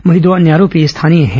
वहीं दो अन्य आरोपी स्थानीय हैं